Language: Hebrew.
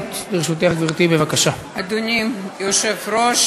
התשע"ו 2015,